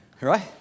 right